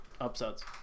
upsets